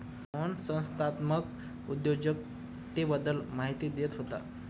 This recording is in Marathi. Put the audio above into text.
मोहन संस्थात्मक उद्योजकतेबद्दल माहिती देत होता